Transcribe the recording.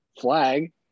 flag